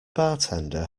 bartender